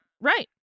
Right